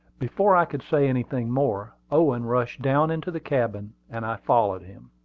before i could say anything more, owen rushed down into the cabin, and i followed him.